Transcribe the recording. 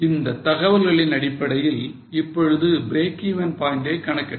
இந்த தகவல்களின் அடிப்படையில் இப்பொழுது breakeven point ஐ கணக்கிடவும்